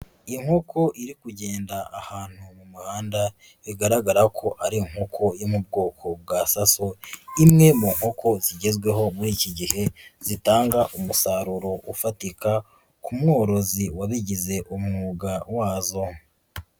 Inkoko iri kugenda ahantu mu muhanda, bigaragara ko ari inkoko yo mu bwoko bwa saso, imwe mu nkoko zigezweho muri iki gihe, zitanga umusaruro ufatika ku mworozi wabigize umwuga wazo.